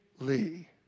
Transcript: Lee